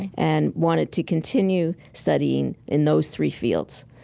and wanted to continue studying in those three fields.